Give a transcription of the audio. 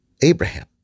Abraham